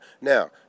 now